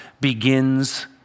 begins